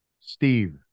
Steve